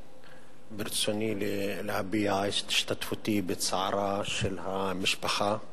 ברצוני להביע את השתתפותי בצערה של המשפחה,